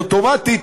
אז אוטומטית,